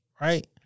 right